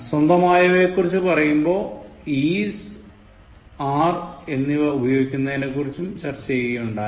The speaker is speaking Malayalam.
സ്വന്തമായവയെക്കുറിച്ചു പറയുമ്പോൾ isare എന്നിവ ഉപയോഗിക്കുന്നതിനെക്കുറിച്ചും ചർച്ച ചെയ്യുകയുണ്ടായി